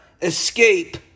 escape